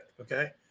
Okay